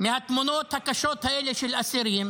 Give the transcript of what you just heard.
מהתמונות הקשות האלה של אסירים,